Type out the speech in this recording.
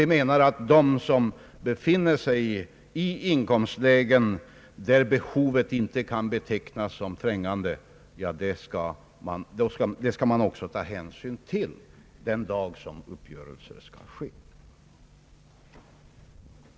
Vi menar att detta skall man den dag en uppgörelse träffas också ta hänsyn till bland dem som befinner sig i inkomstlägen där behoven inte kan betecknas som trängande.